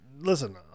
listen